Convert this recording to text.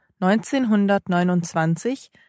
1929